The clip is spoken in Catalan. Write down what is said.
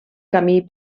camí